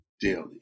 Daily